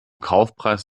kaufpreis